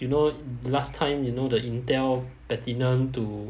you know last time you know the intel pentium to